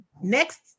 next